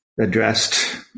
Addressed